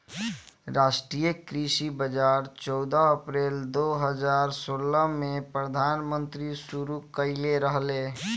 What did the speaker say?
राष्ट्रीय कृषि बाजार चौदह अप्रैल दो हज़ार सोलह में प्रधानमंत्री शुरू कईले रहले